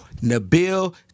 Nabil